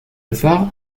phare